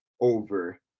over